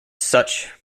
such